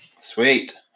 Sweet